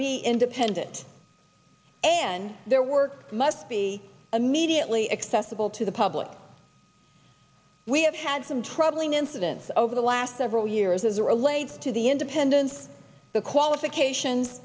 be independent and their work must be immediately accessible to the public we have had some troubling incidents over the last several years as relates to the independence the qualifications